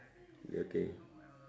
okay